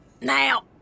now